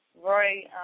Roy